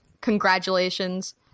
Congratulations